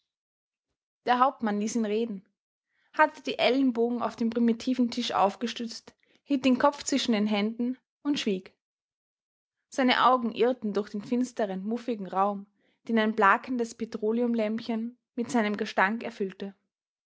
der hauptmann ließ ihn reden hatte die ellenbogen auf den primitiven tisch aufgestützt hielt den kopf zwischen den händen und schwieg seine augen irrten durch den finsteren muffigen raum den ein blakendes petroleumlämpchen mit seinem gestank erfüllte